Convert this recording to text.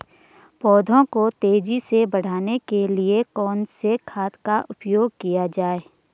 पौधों को तेजी से बढ़ाने के लिए कौन से खाद का उपयोग किया जाए?